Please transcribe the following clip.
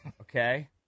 okay